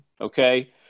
Okay